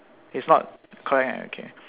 is not correct right okay